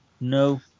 no